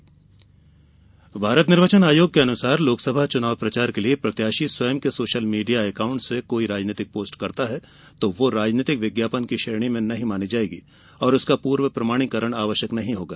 विज्ञापन प्रमाणीकरण भारत निर्वाचन आयोग के अनुसार लोकसभा चुनाव प्रचार के लिए प्रत्याशी स्वयं के सोशल मीडिया अकाउण्ट से कोई राजनैतिक पोस्ट करता है तो वह राजनैतिक विज्ञापन की श्रेणी में नहीं मानी जायेगी और उसका पूर्व प्रमाणीकरण आवश्यक नहीं होगा